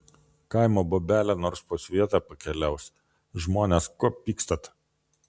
kaimo bobelė nors po svietą pakeliaus žmones ko pykstat